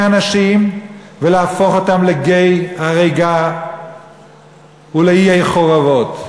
אנשים ולהפוך אותה לגיא הריגה ולעיי חורבות.